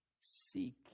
seek